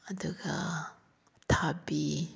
ꯑꯗꯨꯒ ꯊꯕꯤ